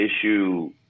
issue